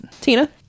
Tina